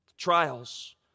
Trials